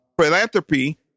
Philanthropy